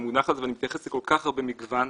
המונח הזה ואני מתייחס לכל כך הרבה מגוון,